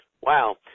Wow